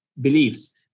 beliefs